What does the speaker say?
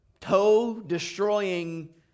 toe-destroying